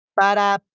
Para